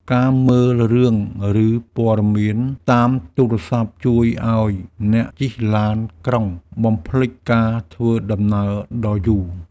ការមើលរឿង ឬព័ត៌មានតាមទូរស័ព្ទជួយឱ្យអ្នកជិះឡានក្រុងបំភ្លេចការធ្វើដំណើរដ៏យូរ។